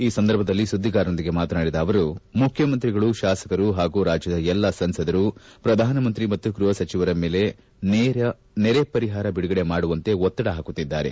ಈ ಸಂದರ್ಭದಲ್ಲಿ ಸುದ್ದಿಗಾರೊಂದಿಗೆ ಮಾತನಾಡಿದ ಅವರು ಮುಖ್ಯಮಂತ್ರಿಗಳು ಶಾಸಕರು ಪಾಗೂ ರಾಜ್ಯದ ಎಲ್ಲ ಸಂಸದರು ಪ್ರಧಾನಮಂತ್ರಿ ಮತ್ತು ಗೃಪಸಚಿವರ ಮೇಲೆ ನೆರೆ ಪರಿಹಾರ ಬಿಡುಗಡೆ ಮಾಡುವಂತೆ ಒತ್ತಡ ಹಾಕುತ್ತಿದ್ದಾರೆ